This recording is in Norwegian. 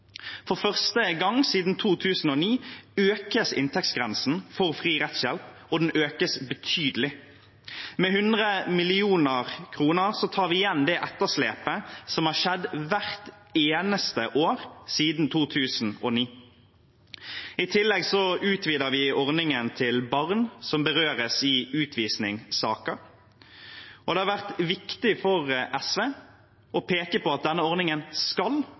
For første gang siden 2009 økes inntektsgrensen for fri rettshjelp, og den økes betydelig. Med 100 mill. kr tar vi igjen det etterslepet som har skjedd hvert eneste år siden 2009. I tillegg utvider vi ordningen til barn som berøres i utvisningssaker. Det har vært viktig for SV å peke på at denne ordningen skal